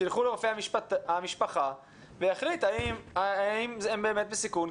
שילכו לרופא המשפחה ויחליט האם הם באמת בסיכון,